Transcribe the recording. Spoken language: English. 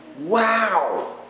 Wow